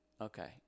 Okay